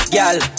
Gyal